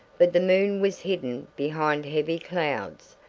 but the moon was hidden behind heavy clouds,